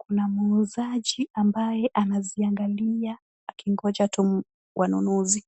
Kuna muuzaji ambaye anaziangalia akingoja tu wanunuzi.